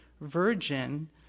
virgin